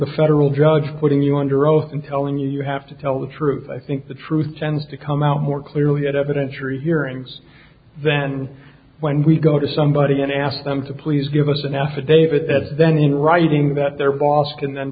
a federal judge putting you under oath and telling you you have to tell the truth i think the truth tends to come out more clearly at evidence or hearings then when we go to somebody and ask them to please give us an affidavit that then in writing that they're boston then